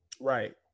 Right